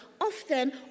often